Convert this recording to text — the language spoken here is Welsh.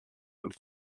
wrth